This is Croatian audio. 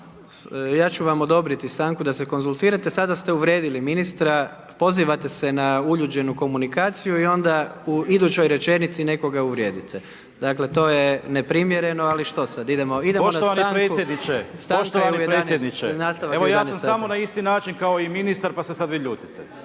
Ja ću vam odobriti stanku da se konzultirate. Sada ste uvrijedili ministra, pozivate se na uljuđenu komunikaciju i onda u idućoj rečenici nekoga uvrijedite. Dakle to je neprimjereno ali što sad, idemo na stanku. **Lenart, Željko (HSS)** …/Upadica Lenart: Poštovani predsjedniče, evo ja sam samo na isti način kao i ministar pa se sad vi ljutite./…